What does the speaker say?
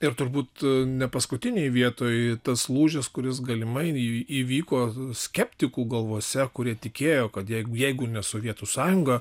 ir turbūt ne paskutinėj vietoj tas lūžis kuris galimai įvyko skeptikų galvose kurie tikėjo kad jeigu jeigu ne sovietų sąjunga